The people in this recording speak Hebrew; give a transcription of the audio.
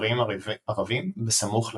וכפריים ערבים בסמוך לכאברי.